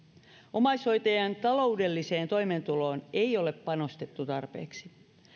omaishoitajien taloudelliseen toimeentuloon ei ole panostettu tarpeeksi